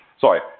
sorry